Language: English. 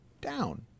down